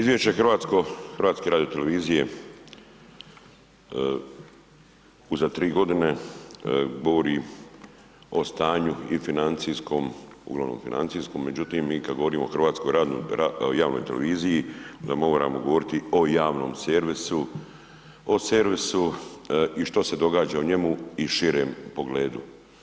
Izvješće hrvatsko, Hrvatske radio televizije uza tri godine govori o stanju, i financijskom, uglavnom financijskom, međutim mi kad govorimo o hrvatskoj javnoj televiziji onda moramo govoriti o javnom servisu, o servisu, i što se događa u njemu, i širem pogledu.